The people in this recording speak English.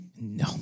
No